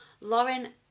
Lauren